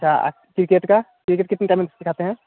अच्छा क्रिकेट का क्रिकेट कितने टाइम में सिखाते हैं